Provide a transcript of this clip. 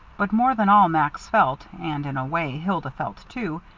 but more than all max felt, and in a way hilda felt, too,